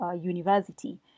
university